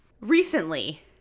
Recently